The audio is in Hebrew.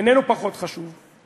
איננו פחות חשוב,